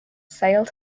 sailed